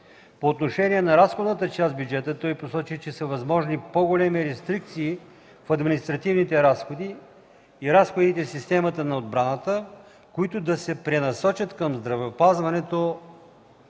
По отношение на разходната част в бюджета той посочи, че са възможни по-големи рестрикции в административните разходи и разходите в системата на отбраната, които да се пренасочат към здравеопазването